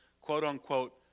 quote-unquote